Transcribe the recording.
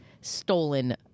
stolen